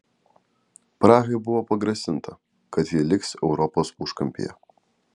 prahai buvo pagrasinta kad ji liks europos užkampyje